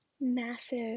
massive